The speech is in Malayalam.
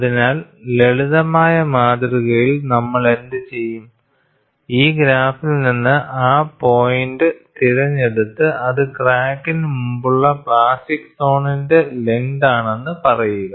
അതിനാൽ ലളിതമായ മാതൃകയിൽ നമ്മൾ എന്തുചെയ്യും ഈ ഗ്രാഫിൽ നിന്ന് ആ പോയിന്റ് തിരഞ്ഞെടുത്ത് അത് ക്രാക്കിനു മുമ്പുള്ള പ്ലാസ്റ്റിക് സോണിന്റെ ലെങ്ത്ണെന്ന് പറയുക